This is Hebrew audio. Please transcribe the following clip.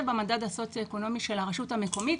במדד הסוציו-אקונומי של הרשות המקומית.